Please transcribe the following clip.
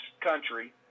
country